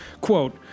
Quote